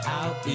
out